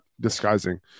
disguising